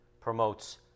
promotes